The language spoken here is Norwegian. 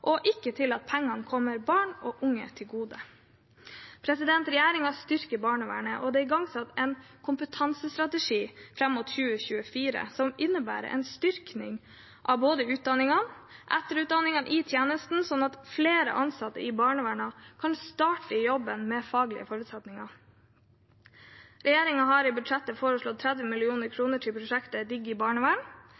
og ikke til at pengene kommer barn og unge til gode. Regjeringen styrker barnevernet, og det er igangsatt en kompetansestrategi fram mot 2024, som innebærer en styrking av både utdanningene og etterutdanningene i tjenesten, slik at flere ansatte i barnevernet kan starte i jobben med faglige forutsetninger. Regjeringen har i budsjettet foreslått 30